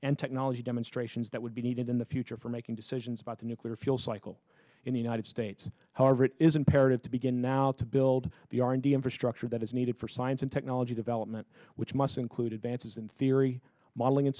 and technology demonstrations that would be needed in the future for making decisions about the nuclear fuel cycle in the united states however it is imperative to begin now to build the r and d infrastructure that is needed for science and technology development which must include advances in theory modeling and